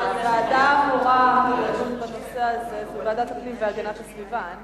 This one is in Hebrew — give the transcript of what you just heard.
הוועדה האמורה לדון בנושא הזה היא ועדת הפנים והגנת הסביבה.